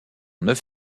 neuf